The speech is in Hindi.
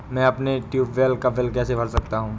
मैं अपने ट्यूबवेल का बिल कैसे भर सकता हूँ?